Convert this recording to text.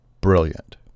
Brilliant